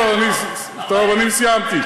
טוב, אני סיימתי.